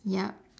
ya